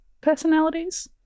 personalities